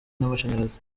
n’amashanyarazi